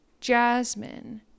Jasmine